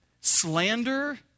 slander